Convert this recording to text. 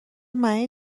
معنی